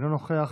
אינו נוכח,